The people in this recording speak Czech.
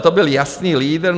To byl jasný lídr.